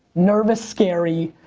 nervous scary.